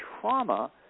trauma